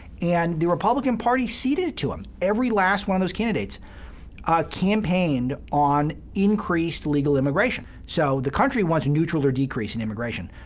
and the republican party ceded it to him every last one of those candidates campaigned on increased legal immigration, so the country wants neutral or decreasing immigration.